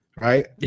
right